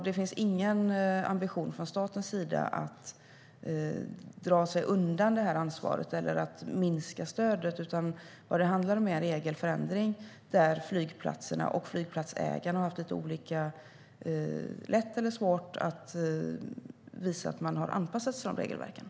Det finns ingen ambition från statens sida att dra sig undan det här ansvaret eller att minska stödet, utan vad det handlar om är en regelförändring där flygplatserna och flygplatsägarna har haft olika lätt eller svårt att visa att man har anpassat sig till dessa regelverk.